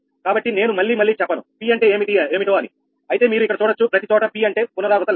కాబట్టి నేను మళ్లీ మళ్లీ చెప్పను p అంటే ఏమిటో అని అయితే మీరు ఇక్కడ చూడొచ్చు ప్రతి చోట p అంటే పునరావృత లెక్క